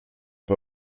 pas